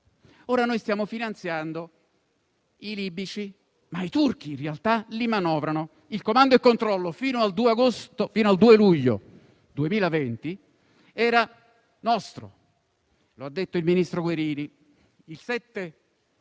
Ora noi stiamo finanziando i libici, ma i turchi, in realtà, li manovrano. Il comando e il controllo, fino al 2 luglio 2020, era nostro; lo ha detto il ministro Guerini. Il 7 luglio,